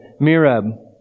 Mirab